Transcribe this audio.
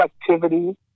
productivity